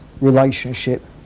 relationship